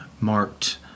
marked